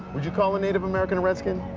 would you call a native american a redskin?